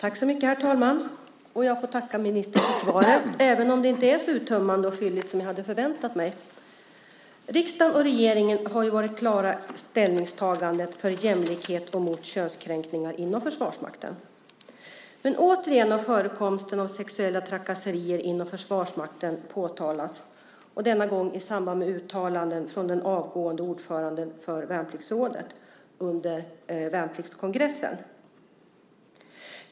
Herr talman! Jag tackar ministern för svaret, även om det inte är så uttömmande och fylligt som jag hade väntat mig. Riksdagen och regeringen har ju varit klara i ställningstagandet för jämlikhet och mot könskränkningar inom Försvarsmakten. Återigen har förekomsten av sexuella trakasserier inom Försvarsmakten påtalats, denna gång i samband med uttalanden från den avgående ordföranden för Värnpliktsrådet under värnpliktskongressen.